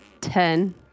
Ten